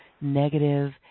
negative